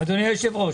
אדוני היושב-ראש,